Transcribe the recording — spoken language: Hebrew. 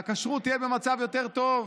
והכשרות תהיה במצב יותר טוב.